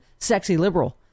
SEXYLIBERAL